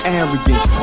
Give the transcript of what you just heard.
arrogance